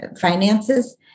finances